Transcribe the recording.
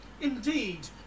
Indeed